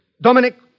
Dominic